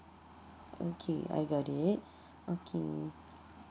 okay I got it okay